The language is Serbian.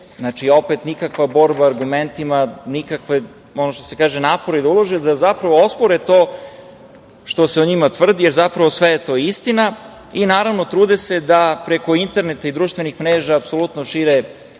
znači opet nikakva borba argumentima, nikakve napore da ulože i da zapravo ospore to što se o njima tvrdi, a zapravo sve je to istina i naravno trude se da preko interneta i društvenih mreža apsolutno šire